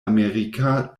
amerika